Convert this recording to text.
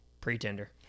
pretender